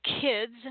kids